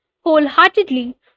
wholeheartedly